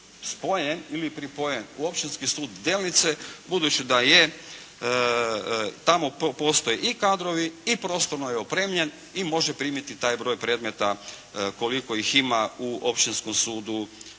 spojen ili pripojen u Općinski sud Delnice budući da je tamo postoje i kadrovi i prostorno je opremljen i može primiti taj broj predmeta koliko ih ima u općinskom sudu,